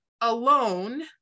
alone